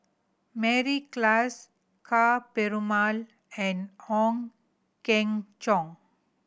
Mary Klass Ka Perumal and Ong Keng